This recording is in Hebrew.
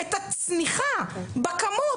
לי"ב, את הצניחה בכמות.